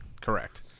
Correct